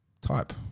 type